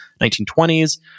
1920s